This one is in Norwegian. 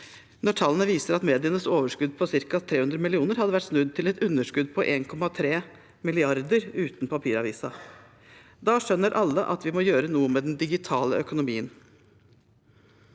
Tallene viser at medienes overskudd på ca. 300 mill. kr hadde vært snudd til et underskudd på 1,3 mrd. kr uten papiravisen. Da skjønner alle at vi må gjøre noe med den digitale økonomien.